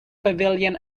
pavilion